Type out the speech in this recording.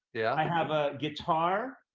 yeah i have a guitar.